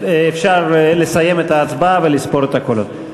אפשר לסיים את ההצבעה ולספור את הקולות.